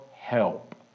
help